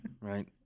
Right